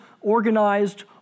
organized